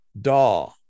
daw